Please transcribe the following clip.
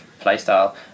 playstyle